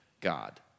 God